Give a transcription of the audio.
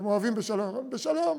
אתם אוהבים "בשלום", אז בשלום.